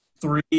three